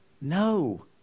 No